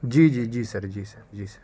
جی جی جی سر جی سر جی سر